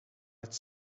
met